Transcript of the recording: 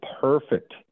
perfect